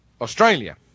Australia